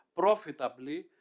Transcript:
profitably